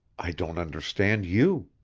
i don't understand you.